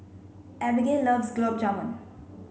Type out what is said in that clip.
Abigail loves Gulab Jamun